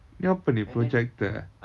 ni apa ni projector eh